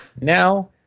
now